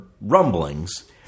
rumblings